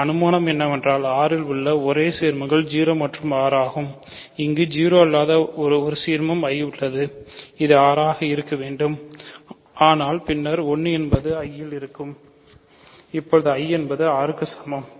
அனுமானம் என்னவென்றால் R இல் உள்ள ஒரே சீர்மங்கள் 0 மற்றும் R ஆகும் இங்கு 0 இல்லாத ஒரு சீர்மம் I உள்ளது அது R ஆக இருக்க வேண்டும் ஆனால் பின்னர் 1 என்பது I ல் இருக்கும் இப்பொழுது I என்பது R க்கு சமமாகும்